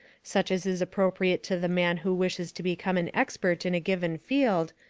such as is appropriate to the man who wishes to become an expert in a given field,